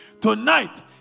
tonight